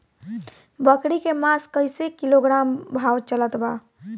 बकरी के मांस कईसे किलोग्राम भाव चलत बा?